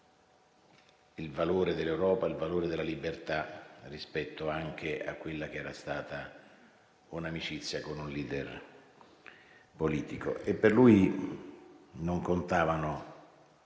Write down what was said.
i valori dell'Europa e della libertà, rispetto anche a quella che era stata l'amicizia con un *leader* politico. Per lui non contavano